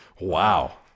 Wow